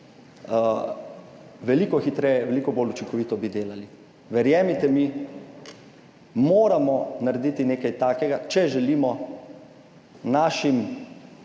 Veliko hitreje, veliko bolj učinkovito bi delali. Verjemite mi, moramo narediti nekaj takega, če želimo našim